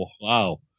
Wow